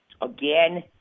again